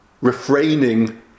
refraining